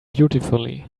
beautifully